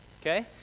okay